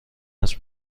است